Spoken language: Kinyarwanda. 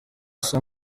saa